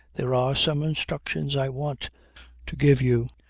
there are some instructions i want to give you.